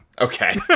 Okay